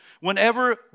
whenever